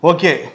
Okay